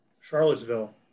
Charlottesville